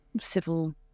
civil